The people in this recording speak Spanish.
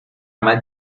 mal